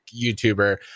YouTuber